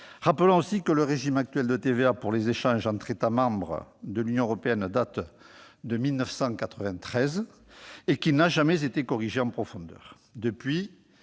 Rappelons aussi que le régime actuel de TVA pour les échanges entre les États membres de l'Union européenne date de 1993 et qu'il n'a jamais été corrigé en profondeur.